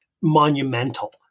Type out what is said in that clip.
monumental